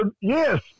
yes